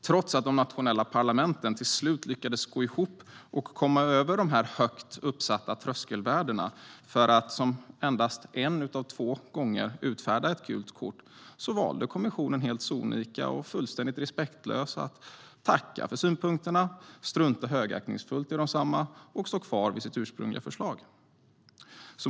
Trots att de nationella parlamenten till slut lyckades gå ihop och komma över de högt uppsatta tröskelvärdena för att, som endast en av två gånger, utfärda ett gult kort valde kommissionen helt sonika och fullständigt respektlöst att tacka för synpunkterna, strunta högaktningsfullt i desamma och stå kvar vid sitt ursprungliga förslag.